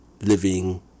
living